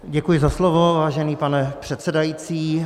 Děkuji za slovo, vážený pane předsedající.